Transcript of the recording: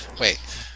Wait